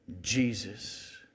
Jesus